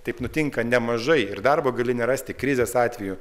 taip nutinka nemažai ir darbo gali nerasti krizės atveju